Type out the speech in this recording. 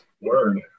word